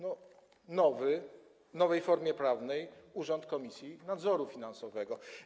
Nowy, w nowej formie prawnej Urząd Komisji Nadzoru Finansowego.